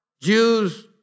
Jews